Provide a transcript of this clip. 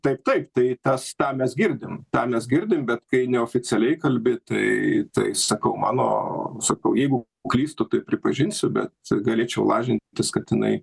taip taip tai tas tą mes girdim tą mes girdim bet kai neoficialiai kalbi tai tai sakau mano sakau jeigu klystu tai pripažinsiu be galėčiau lažintis kad jinai